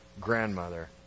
grandmother